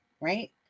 right